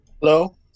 Hello